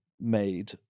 made